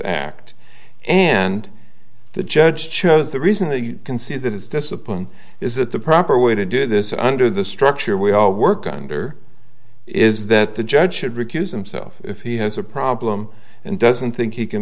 act and the judge chose the reason that you can see that is discipline is that the proper way to do this under the structure we all work under is that the judge should recuse himself if he has a problem and doesn't think he can